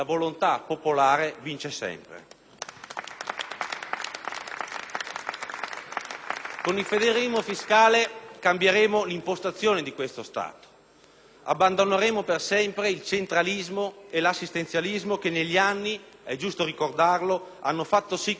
Con il federalismo fiscale cambieremo l'impostazione di questo Stato, abbandoneremo per sempre il centralismo e l'assistenzialismo che negli anni, è giusto ricordarlo, hanno fatto sì che il nostro Paese producesse il più alto debito pubblico in Europa, uno dei più alti